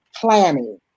planning